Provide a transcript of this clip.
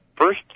First